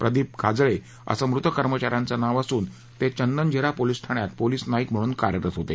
प्रदीप काजळे असं मृत कर्मचाऱ्याचं नाव असून ते चंदनझिरा पोलीस ठाण्यात पोलीस नाईक म्हणून कार्यरत होते